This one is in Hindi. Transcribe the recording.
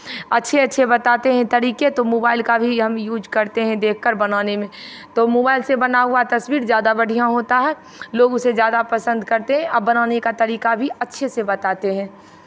अच्छे अच्छे बताते हैं तरीके तो मोबाइल का भी हम यूज़ करते हैं देख कर बनाने में तो मोबाइल से बना हुआ तस्वीर ज़्यादा बढ़ियाँ होता है लोग उसे ज़्यादा पसंद करते हैं अब बनाने का तरीका भी अच्छे से बताते हैं